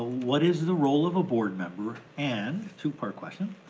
ah what is the role of a board member? and, two part question,